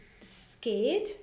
scared